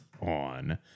on